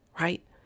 right